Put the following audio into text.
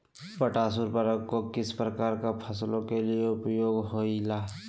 Potash उर्वरक को किस प्रकार के फसलों के लिए उपयोग होईला?